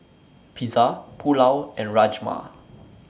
Pizza Pulao and Rajma